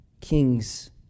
king's